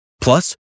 Plus